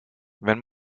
wenn